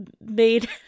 made